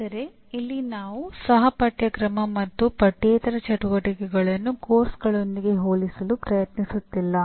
ಆದರೆ ಇಲ್ಲಿ ನಾವು ಸಹ ಪಠ್ಯಕ್ರಮ ಮತ್ತು ಪಠ್ಯೇತರ ಚಟುವಟಿಕೆಗಳನ್ನು ಪಠ್ಯಕ್ರಮಗಳೊಂದಿಗೆ ಹೋಲಿಸಲು ಪ್ರಯತ್ನಿಸುತ್ತಿಲ್ಲ